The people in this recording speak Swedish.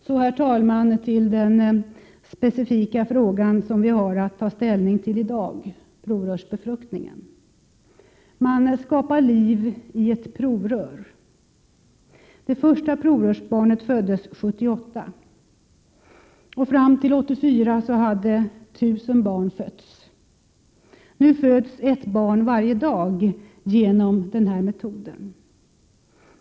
Så till den specifika frågan som vi har att ta ställning till i dag: provrörsbefruktningen. Man skapar liv i ett provrör! Det första provrörsbarnet föddes 1978. Fram till 1984 hade 1 000 barn fötts. Nu föds ett barn varje dag genom denna metod.